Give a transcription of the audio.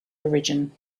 origin